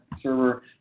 server